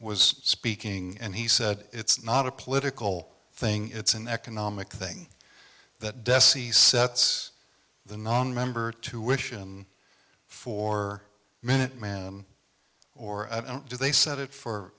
was speaking and he said it's not a political thing it's an economic thing that dessie sets the nonmember to which i'm for minuteman or i don't do they set it for